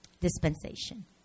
dispensation